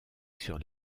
sur